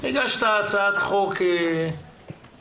הגשת הצעת חוק צודקת.